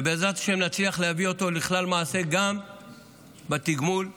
ובעזרת השם נצליח להביא את זה לכלל מעשה גם בתגמול הכספי.